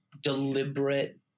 deliberate